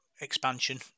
expansion